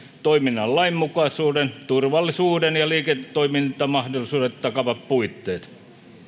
toiminnan lainmukaisuuden turvallisuuden ja liiketoimintamahdollisuudet takaavat puitteet